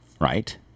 right